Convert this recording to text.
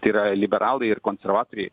tai yra liberalai ir konservatoriai